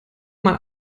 man